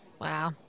Wow